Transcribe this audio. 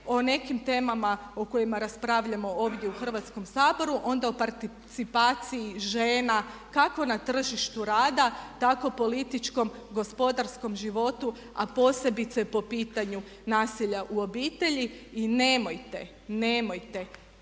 o nekim temama o kojima raspravljamo ovdje u Hrvatskom saboru, onda o participaciji žena kako na tržištu rada tako političkom, gospodarskom životu a posebice po pitanju nasilja u obitelji. I nemojte, nemojte